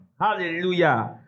Hallelujah